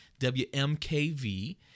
WMKV